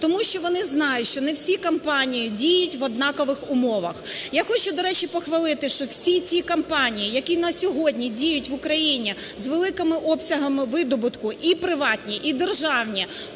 тому що вони знають, що не всі компанії діють в однакових умовах. Я хочу, до речі, похвалити, що всі ті компанії, які на сьогодні діють в Україні з великими обсягами видобутку, і приватні, і державні,